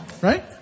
Right